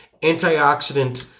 antioxidant